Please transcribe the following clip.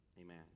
amen